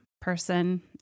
person